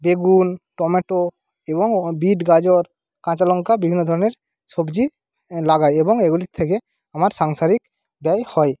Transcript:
বেগুন টমেটো এবং বিট গাজর কাঁচা লঙ্কা বিভিন্ন ধরণের সবজি লাগাই এবং এগুলির থেকে আমার সাংসারিক ব্যয় হয়